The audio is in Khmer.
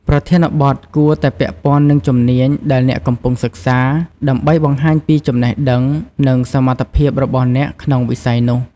ប្រធានបទគួរតែពាក់ព័ន្ធនឹងជំនាញដែលអ្នកកំពុងសិក្សា ដើម្បីបង្ហាញពីចំណេះដឹង និងសមត្ថភាពរបស់អ្នកក្នុងវិស័យនោះ។